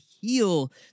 heal